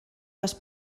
les